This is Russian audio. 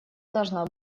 должна